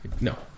No